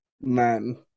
Man